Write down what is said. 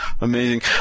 Amazing